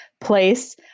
place